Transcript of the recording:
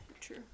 True